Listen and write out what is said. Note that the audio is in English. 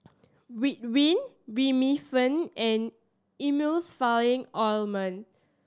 Ridwind Remifemin and Emulsying Ointment